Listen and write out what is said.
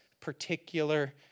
particular